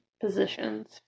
positions